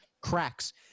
cracks